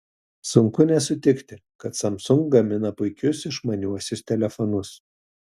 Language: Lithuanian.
sunku nesutikti kad samsung gamina puikius išmaniuosius telefonus